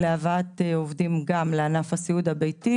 גם להבאת עובדים לענף הסיעוד הביתי.